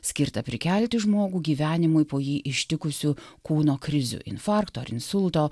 skirtą prikelti žmogų gyvenimui po jį ištikusių kūno krizių infarkto ar insulto